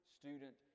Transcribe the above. student